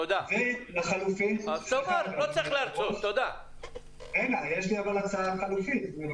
אבל יש לי הצעה חלופית.